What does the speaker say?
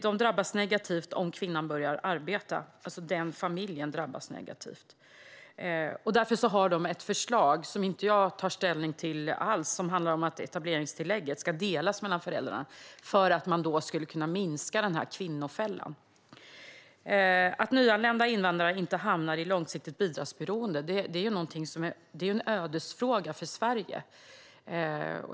Dessa kvinnors familjer får ett negativt utfall om kvinnan börjar arbeta. Därför har ESO ett förslag, som jag inte alls tar ställning till, som handlar om att etableringstillägget ska delas mellan föräldrarna för att man därigenom ska kunna minska problemen med kvinnofällan. Att nyanlända invandrare inte hamnar i långvarigt bidragsberoende är en ödesfråga för Sverige.